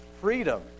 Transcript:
freedom